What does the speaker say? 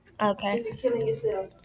Okay